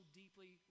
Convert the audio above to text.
deeply